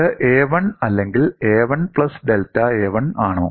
ഇത് a1 അല്ലെങ്കിൽ a1 plus delta a1 ആണോ